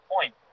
point